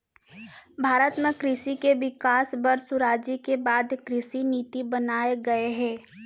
भारत म कृसि के बिकास बर सुराजी के बाद कृसि नीति बनाए गये हे